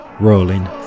Rolling